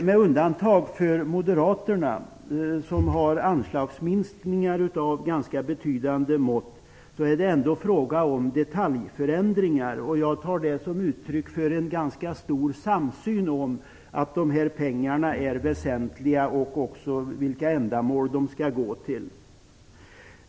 Med undantag för Moderaterna, som föreslår anslagsminskningar av ganska betydande mått, är det ändå fråga om detaljförändringar. Jag tar det som uttryck för en ganska stor samsyn om att dessa pengar är väsentliga och likaså de ändamål de skall gå till.